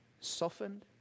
softened